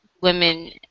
women